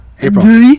April